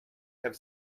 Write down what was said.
have